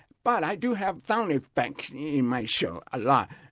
but i do have sound effects in my show a lot.